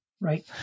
right